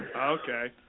Okay